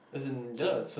game